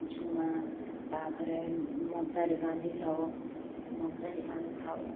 ଝୁଣା ତାପରେ ମଶାରି ବାନ୍ଧିଥାଉ ମଶାରୀ ବାନ୍ଧିଥାଉ